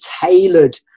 tailored